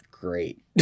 Great